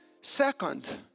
Second